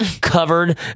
covered